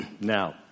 Now